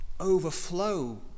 overflow